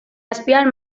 azpian